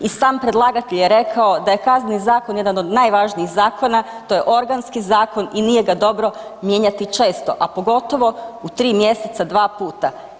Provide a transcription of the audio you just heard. I sam predlagatelj je rekao da je Kazneni zakon jedan od najvažnijih zakona, to je organski zakon i nije ga dobro mijenjati često a pogotovo u 3 mj. dva puta.